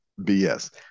BS